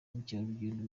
ubukerarugendo